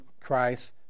Christ